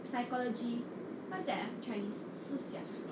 psychology what's that ah chinese